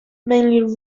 mainly